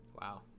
Wow